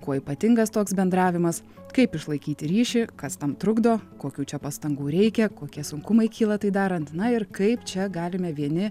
kuo ypatingas toks bendravimas kaip išlaikyti ryšį kas tam trukdo kokių čia pastangų reikia kokie sunkumai kyla tai darant na ir kaip čia galime vieni